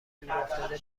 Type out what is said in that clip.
دورافتاده